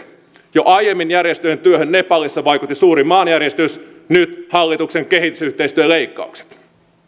jo aiemmin järjestöjen työhön nepalissa vaikutti suuri maanjäristys nyt hallituksen kehitysyhteistyöleikkaukset